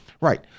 Right